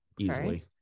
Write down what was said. Easily